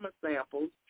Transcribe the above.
samples